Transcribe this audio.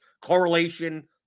correlation